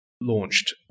launched